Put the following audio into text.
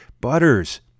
butters